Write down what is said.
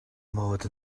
mod